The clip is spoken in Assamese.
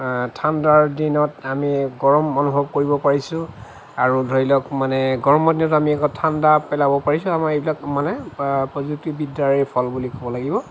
ঠাণ্ডাৰ দিনত আমি গৰম অনুভৱ কৰিব পাৰিছোঁ আৰু ধৰি লওক মানে গৰমৰ দিনত আমি ঠাণ্ডা পেলাব পাৰিছোঁ আমাৰ সেইবিলাক মানে প্ৰযুক্তিবিদ্যাৰে ফল বুলি ক'ব লাগিব